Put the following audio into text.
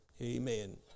Amen